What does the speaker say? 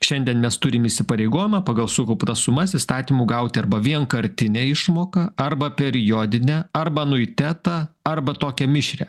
šiandien mes turim įsipareigojimą pagal sukauptas sumas įstatymu gauti arba vienkartinę išmoką arba periodinę arba anuitetą arba tokią mišrią